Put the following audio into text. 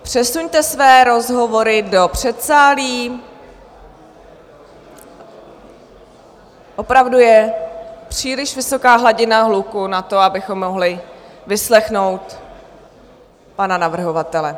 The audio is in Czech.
Přesuňte své rozhovory do předsálí, opravdu je příliš vysoká hladina hluku na to, abychom mohli vyslechnout pana navrhovatele.